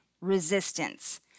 resistance